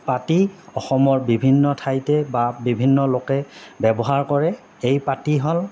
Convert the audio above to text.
পাতি অসমৰ বিভিন্ন ঠাইতে বা বিভিন্ন লোকে ব্যৱহাৰ কৰে এই পাতি হ'ল